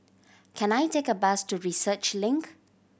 can I take a bus to Research Link